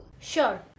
Sure